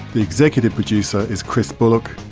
the executive producer is chris bullock,